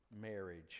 marriage